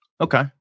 Okay